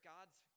God's